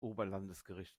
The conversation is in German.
oberlandesgericht